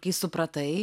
kai supratai